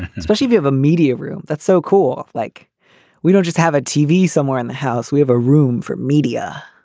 especially if you have a media room. that's so cool. like we don't just have a tv somewhere in the house. we have a room for media